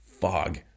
fog